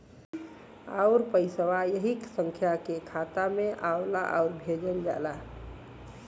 आउर पइसवा ऐही संख्या के खाता मे आवला आउर भेजल जाला